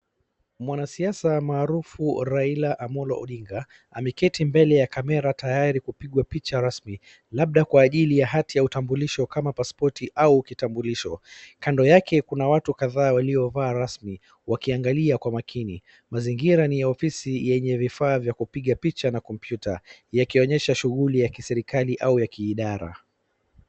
Mwanasiasa maarufu Raila Amolo Odinga, ameketi mbele ya kamera tayari kupigwa picha rasmi. Labda kwa ajili ya hati ya utambulisho kama pasipoti au kitambulisho. Kando yake kuna watu kadhaa waliovaa rasmi wakiangalia kwa makini. Mazingira ni ya ofisi yenye vifaa kupiga picha na komputa yakionyesha shughuli ya kiserikali au ya kiidara.